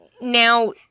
Now